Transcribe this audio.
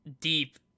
deep